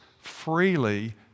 freely